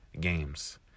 games